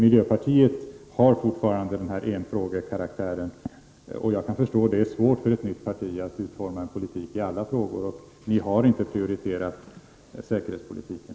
Miljöpartiet har fortfarande enfrågekaraktären. Jag kan förstå att det är svårt för ett nytt parti att utforma en politik i alla frågor. Ni har inte prioriterat säkerhetspolitiken.